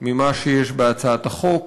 יותר ממה שיש בהצעת החוק,